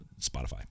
Spotify